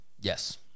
Yes